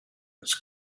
its